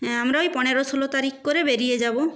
হ্যাঁ আমরা ওই পনেরো ষোলো তারিখ করে বেরিয়ে যাব